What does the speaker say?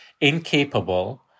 incapable